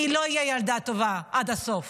אני לא ילדה טובה עד הסוף